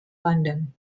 london